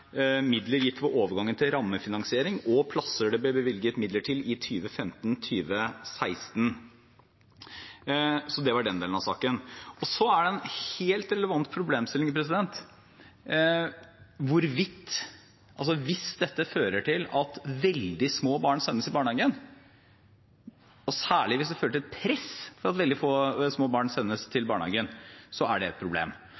midler gitt ved overgangen til rammefinansiering og plasser det ble bevilget midler til i 2015–2016. Det var den delen av saken. Og så er det en helt relevant problemstilling: Hvis dette fører til at veldig små barn sendes i barnehagen, og særlig hvis det fører til et press om at veldig små barn sendes